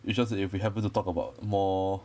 it's just that if we happen to talk about more